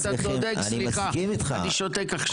אבל אם אתה תדבר ככה, אין סיכוי שתשמע ממני.